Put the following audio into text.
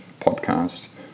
podcast